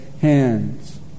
hands